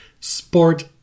sport